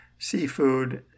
seafood